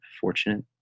fortunate